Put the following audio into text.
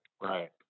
right